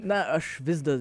na aš vis dar